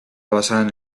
basada